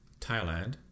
Thailand